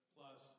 Plus